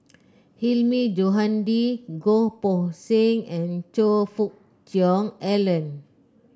Hilmi Johandi Goh Poh Seng and Choe Fook Cheong Alan